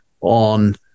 on